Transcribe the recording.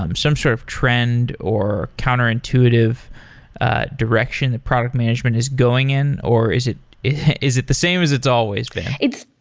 um some sort of trend or counterintuitive direction that product management is going in, or is it is it the same as it's always been?